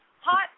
hot